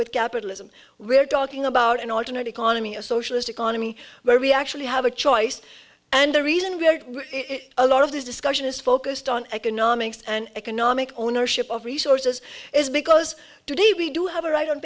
with capitalism we're talking about an alternate economy a socialist economy where we actually have a choice and the reason we are a lot of this discussion is focused on economics and economic ownership of resources is because today we do have a right on